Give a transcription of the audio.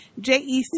JEC